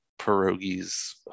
pierogies